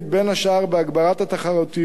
בין השאר בהגברת התחרותיות,